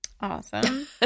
awesome